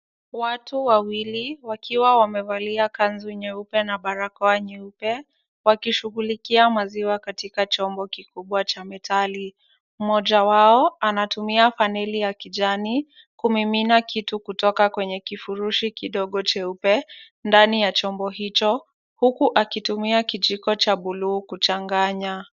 Watu wawili wakiwa wamevalia kanzu nyeupe na barakoa nyeupe wakishughulikia maziwa katika chombo kikubwa cha metali. Mmoja wao anatumia faneli ya kijani kumimina kitu kutoka kwa kifurushi kidogo cheupe ndani ya chombo hicho, huku akitumia kijiko cha buluu kuchanganya.